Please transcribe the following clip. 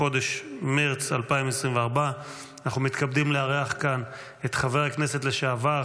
בחודש מרץ 2024. אנחנו מתכבדים לארח כאן את חבר הכנסת לשעבר,